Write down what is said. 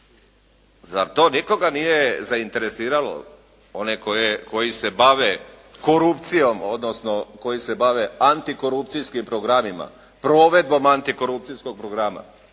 Zar to nikoga nije zainteresiralo, one koji se bave korupcijom odnosno koji se bave antikorupcijskim programima, provedbom antikorupcijskog programa.